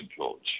coach